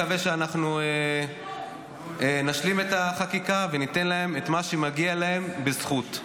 ואני מקווה שאנחנו נשלים את החקיקה וניתן להם את מה שמגיע להם בזכות.